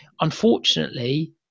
unfortunately